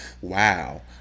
wow